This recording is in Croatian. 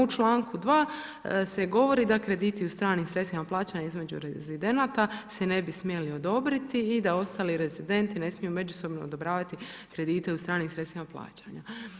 U čl. 2. se govori da krediti u stranim sredstvima plaćanja između rezidenata se ne bi smjeli odobriti i da ostali rezidenti ne smiju međusobno odobravati kredite u stranim sredstvima plaćanja.